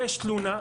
יש תלונה,